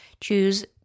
Choose